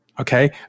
okay